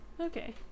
Okay